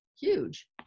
huge